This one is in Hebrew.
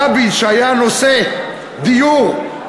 רבין, כשהיה נושא דיור,